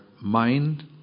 mind